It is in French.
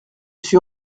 suis